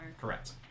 Correct